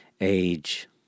Age